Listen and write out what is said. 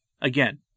Again